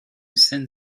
send